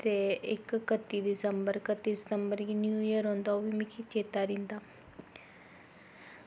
ते इक्क कत्ती दिसंबर कत्ती दिसंबर गी न्यू ईयर औंदा ओह्बी मिगी चेत्तै रौंह्दा